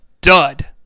Dud